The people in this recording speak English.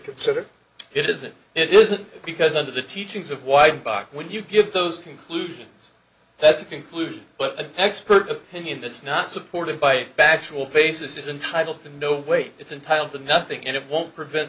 consider it isn't it isn't because under the teachings of white box when you get those conclusions that's a conclusion but an expert opinion that's not supported by backchannel basis is entitled to no weight it's entitled to nothing and it won't prevent